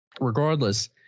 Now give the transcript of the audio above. Regardless